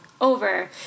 Over